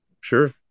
Sure